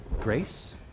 grace